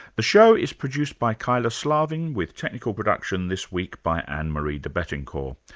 the show is produced by kyla slaven with technical production this week by anne marie debettencourt.